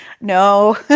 no